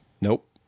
Nope